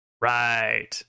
Right